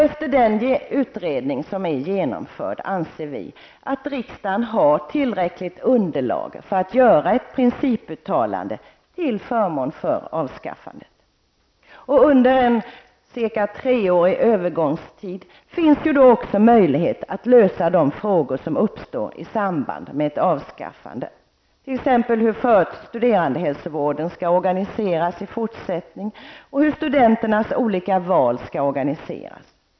Efter den utredning som är genomförd anser vi att riksdagen har tillräckligt underlag för att göra ett principuttalande till förmån för avskaffandet. Under en cirka treårig övergångstid finns ju då också möjlighet att lösa de frågor som uppstår i samband med ett avskaffande, t.ex. hur studerandehälsovården skall organiseras i fortsättningen och hur studenternas olika val skall organiseras.